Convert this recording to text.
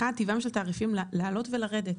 אחד, טבעם של תעריפים לעלות ולרדת.